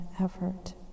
effort